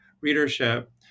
readership